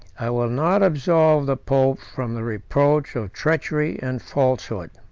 i will not absolve the pope from the reproach of treachery and falsehood.